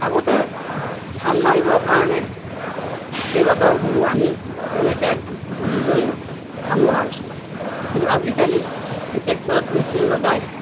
আগতে ধান মাৰিবৰ কাৰণে কেইবাটাও গৰু আনি তেনেকৈ জুৰিলৈ ধান মৰা হৈছিল কিন্তু আজিকালি ট্ৰেক্টৰত মেচিন লগাই